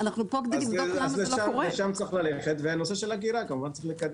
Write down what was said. אנחנו פה כדי לבדוק למה זה לא קורה.